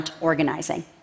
organizing